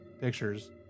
pictures